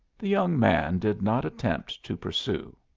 the young man did not attempt to pursue.